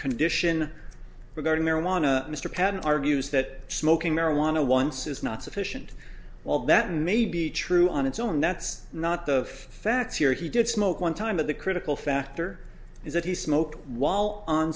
condition regarding marijuana mr patten argues that smoking marijuana once is not sufficient while that may be true on its own that's not the facts here he did smoke one time that the critical factor is that he smoked while on